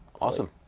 Awesome